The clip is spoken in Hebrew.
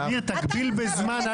אני כתבתי את המכתב או אתה כתבת?